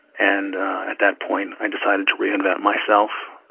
and at that point, i decided to reinvent myself,